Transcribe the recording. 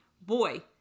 Boy